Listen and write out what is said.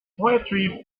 poetry